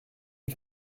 une